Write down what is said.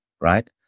right